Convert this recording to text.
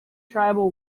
tribal